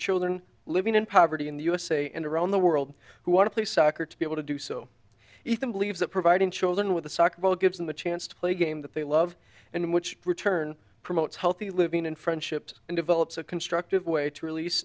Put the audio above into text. children living in poverty in the usa and around the world who want to play soccer to be able to do so even believes that providing children with a soccer ball gives them a chance to play a game that they love and which return promotes healthy living and friendships and develops a constructive way to release